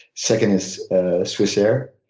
second is swissair.